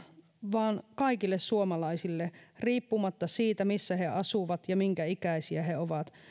vaan kaikille suomalaisille riippumatta siitä missä he asuvat ja minkä ikäisiä he ovat